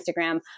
Instagram